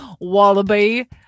Wallaby